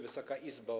Wysoka Izbo!